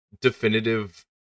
definitive